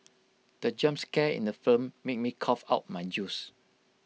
the jump scare in the film made me cough out my juice